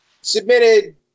Submitted